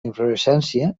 inflorescència